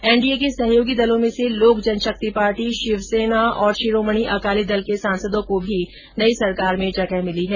N D A के सहयोगी दलों में से लोक जन शक्ति पार्टी शिवसेना और शिरोमणि अकाली दल के सांसदों को भी नई सरकार में जगह मिली है